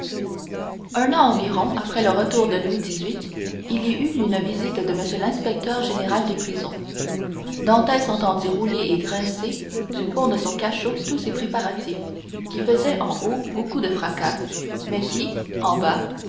un an environ après le retour de louis xviii il y eut visite de m l'inspecteur général des prisons dantès entendit rouler et grincer du fond de son cachot tous ces préparatifs qui faisaient en haut beaucoup de fracas mais qui en bas